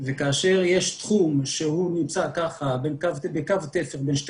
וכאשר יש תחום שהוא נמצא בקו תפר בין שתי